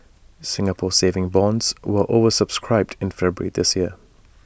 Singapore saving bonds were over subscribed in February this year